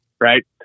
right